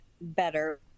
better